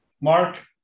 Mark